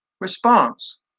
response